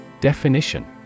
Definition